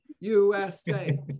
USA